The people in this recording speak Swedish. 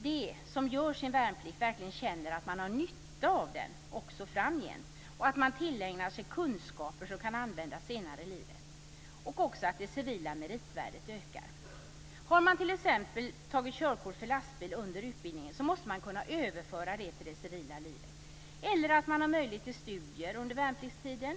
De som gör sin värnplikt ska verkligen känna att de har nytta av den också framgent och att man tillägnar sig kunskaper som kan användas senare i livet. Det civila meritvärdet måste också öka. Har man t.ex. tagit körkort för lastbil under utbildningen måste man kunna överföra det till det civila livet. Man ska också ha möjlighet till studier under värnpliktstiden.